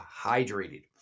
hydrated